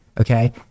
okay